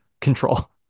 control